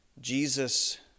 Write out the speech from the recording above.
Jesus